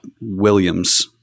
Williams